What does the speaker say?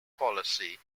policy